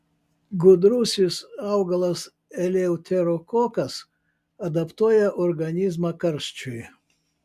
gudrusis augalas eleuterokokas adaptuoja organizmą karščiui